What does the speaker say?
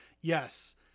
yes